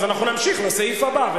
תודה רבה.